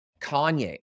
Kanye